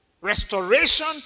restoration